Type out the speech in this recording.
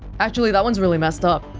actually, that one's really messed up,